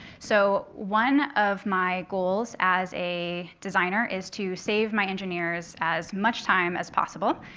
so one of my goals as a designer is to save my engineers as much time as possible.